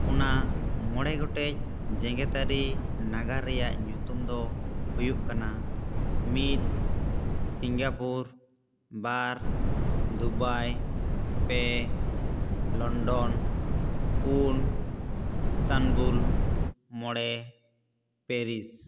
ᱚᱱᱟ ᱢᱚᱬᱮ ᱜᱚᱴᱮᱡ ᱡᱮᱜᱮᱛᱟᱹᱨᱤ ᱱᱟᱜᱟᱨ ᱨᱮᱭᱟᱜ ᱧᱩᱛᱩᱢ ᱫᱚ ᱦᱩᱭᱩᱜ ᱠᱟᱱᱟ ᱢᱤᱫ ᱥᱤᱝᱜᱟᱯᱩᱨ ᱵᱟᱨ ᱫᱩᱵᱟᱭ ᱯᱮ ᱞᱚᱱᱰᱚᱱ ᱯᱩᱱ ᱮᱥᱛᱟᱱᱵᱩᱞ ᱢᱚᱬᱮ ᱯᱮᱨᱤᱥ